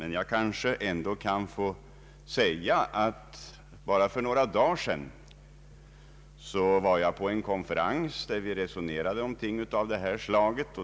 Jag kanske emellertid ändå kan få berätta att jag för bara några dagar sedan var på en konferens där vi resonerade om ting av detta slag.